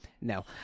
no